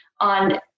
on